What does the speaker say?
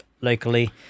locally